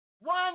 one